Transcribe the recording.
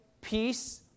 peace